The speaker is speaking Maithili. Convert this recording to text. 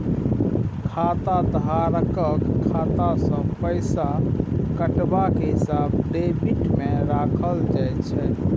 खाताधारकक खाता सँ पैसा कटबाक हिसाब डेबिटमे राखल जाइत छै